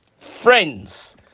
friends